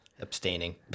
abstaining